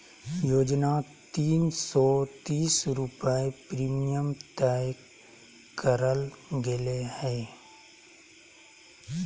योजना तीन सो तीस रुपये प्रीमियम तय करल गेले हइ